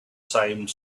same